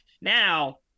Now